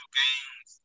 games